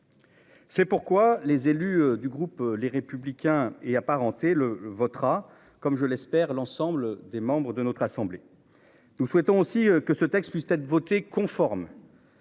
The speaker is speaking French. C'est pourquoi les élus du groupe les républicains et apparentés le votera comme je l'espère l'ensemble des membres de notre assemblée. Nous souhaitons aussi que ce texte puisse être voté conforme.